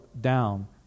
down